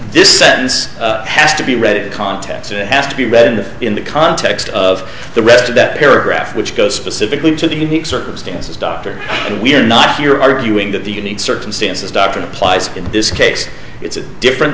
this sentence has to be read it context it has to be read in the context of the rest of that paragraph which goes specifically to the unique circumstances doctor and we're not here arguing that the unique circumstances doctrine applies in this case it's a different